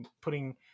putting